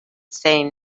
saying